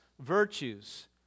virtues